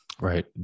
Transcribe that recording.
Right